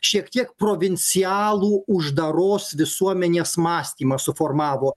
šiek tiek provincialų uždaros visuomenės mąstymą suformavo